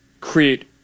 create